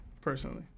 personally